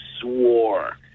swore